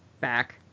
back